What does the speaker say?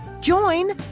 Join